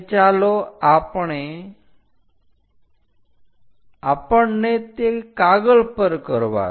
ચાલો આપણને તે કાગળ પર કરવા દો